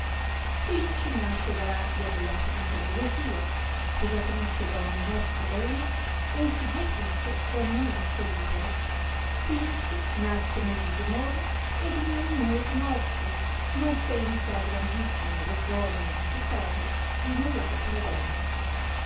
lei quinci nasce la rabbia della subita gelosia fugatrice d'ogni nostro bene e insidiatrice d'ogni onesto vivere quinci nascono i disonori ed ignominiose morti non senza grandissima vergogna e vituperio di noi altre donne